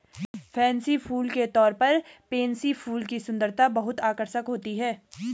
fancy फूल के तौर पर पेनसी फूल की सुंदरता बहुत आकर्षक होती है